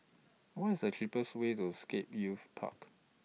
What IS The cheapest Way to Scape Youth Park